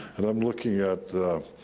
and i'm looking at, ah,